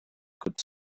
could